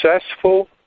successful